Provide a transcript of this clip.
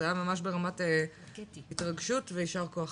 זה היה ממש ברמת התרגשות וישר כוח.